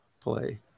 play